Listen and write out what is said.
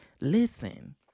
Listen